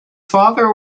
father